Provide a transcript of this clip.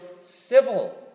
civil